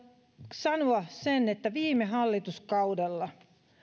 sanoa sen että viime hallituskaudella